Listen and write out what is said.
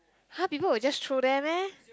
!huh! people will just throw there meh